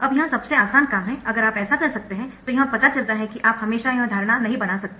अब यह सबसे आसान काम है अगर आप ऐसा कर सकते है तो यह पता चलता है कि आप हमेशा यह धारणा नहीं बना सकते